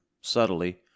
subtly